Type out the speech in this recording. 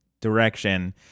direction